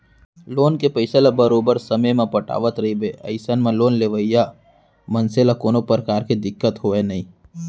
loan के पइसा ल बरोबर समे म पटावट रहिबे अइसन म लोन लेवइया मनसे ल कोनो परकार के दिक्कत होवय नइ